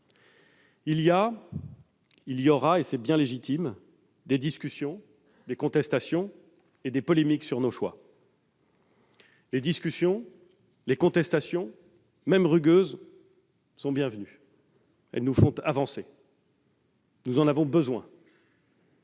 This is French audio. il y aura, c'est bien légitime, des discussions, des contestations et des polémiques sur nos choix. Les discussions, les contestations, même rugueuses, sont bienvenues : elles nous font avancer, nous en avons besoin.